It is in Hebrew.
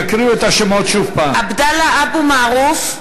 עבדאללה אבו מערוף,